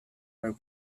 were